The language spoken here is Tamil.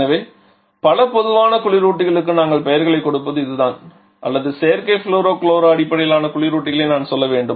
எனவே பல பொதுவான குளிரூட்டிகளுக்கு நாங்கள் பெயர்களைக் கொடுப்பது இதுதான் அல்லது செயற்கை ஃப்ளோரோ குளோரோ அடிப்படையிலான குளிரூட்டிகளை நான் சொல்ல வேண்டும்